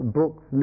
books